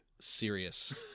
Serious